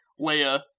leia